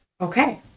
Okay